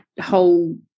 whole